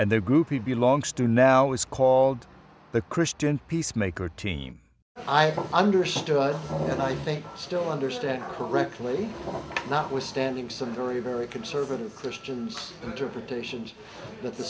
and the group he belongs to now is called the christian peacemaker team i understood and i think still understand correctly notwithstanding some very very conservative christians interpretations that the